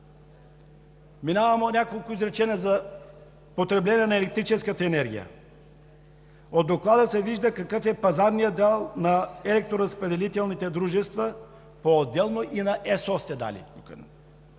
Минавам на няколко изречения за потребление на електрическата енергия. От Доклада се вижда какъв е пазарният дял на електроразпределителните дружества – дали сте поотделно и на ЕСО.